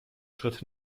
schritt